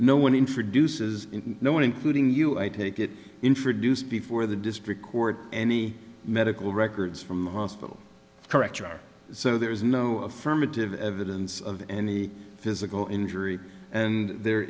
no one introduces no one including you i take it introduced before the district court any medical records from the hospital director so there is no affirmative evidence of any physical injury and there